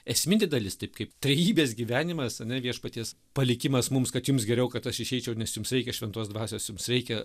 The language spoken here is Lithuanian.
esminė dalis taip kaip trejybės gyvenimas ane viešpaties palikimas mums kad jums geriau kad aš išeičiau nes jums reikia šventos dvasios jums reikia